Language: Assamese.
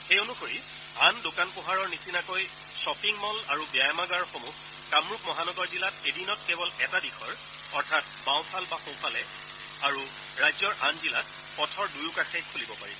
সেই অনুসৰি আন দোকান পোহাৰৰ নিচিনাকৈ খপিং মল আৰু ব্যায়ামাগাৰসমূহ কামৰূপ মহানগৰ জিলাত এদিনত কেৱল এটা দিশৰ অৰ্থাৎ বাওঁফাল বা সোঁফালে আৰু ৰাজ্যৰ আন জিলাত পথৰ দুয়োকাষে খুলিব পাৰিব